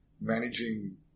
managing